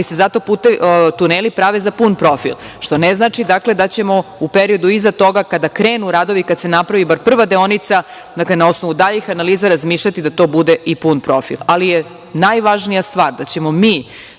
ali se zato tuneli prave za pun profil, što ne znači da ćemo u periodu iza toga kada krenu radovi, kada se napravi bar prva deonica, ne osnovu daljih analiza, razmišljati da to bude i pun profil. Najvažnija je stvar da ćemo mi